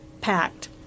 packed